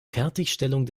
fertigstellung